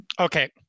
Okay